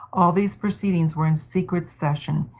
all these proceedings were in secret session,